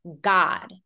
God